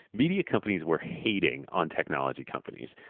media companies were hating on technology companies.